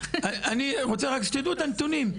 אני רוצה רק שתדעו את הנתונים,